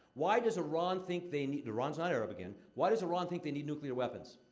why does iran think they need iran's not arab, again why does iran think they need nuclear weapons?